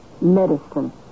medicine